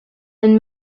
and